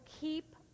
keep